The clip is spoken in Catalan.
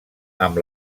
amb